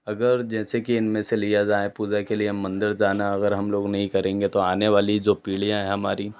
अगर जैसे कि इनमें से लिया जाए पूजा के लिये मंदिर जाना अगर हम लोग नई करेंगे तो आने वाली जो पीढ़ियाँ हैं हमारी